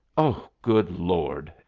oh, good lord!